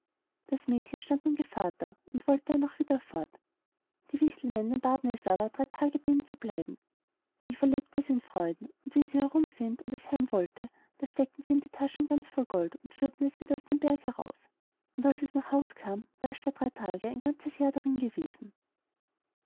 das mädchen stand nun gevatter und wollt darnach wieder fort die wichtelmännlein baten es aber drei tage bei ihnen zu bleiben die verlebt es in freuden und wie sie herum sind und es heim wollte da steckten sie ihm die taschen ganz voll gold und führten es wieder aus dem berg und als es nach haus kam war er statt drei tage ein ganzes jahr darin gewesen